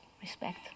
respect